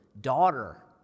daughter